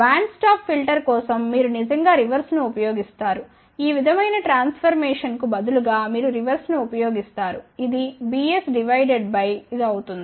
band stop filter కోసం మీరు నిజంగా రివర్స్ ను ఉపయోగిస్తారు ఈ విధమైన ట్రాన్ఫర్మేషన్ కు బదులుగా మీరు రివర్స్ ను ఉపయోగిస్తారు ఇది Bs డివైడెడ్ బై ఇది అవుతుంది